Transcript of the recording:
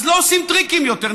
אז לא עושים טריקים יותר.